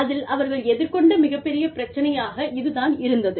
அதில் அவர்கள் எதிர்கொண்ட மிகப்பெரிய பிரச்சினையாக இது தான் இருந்தது